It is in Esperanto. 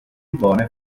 bone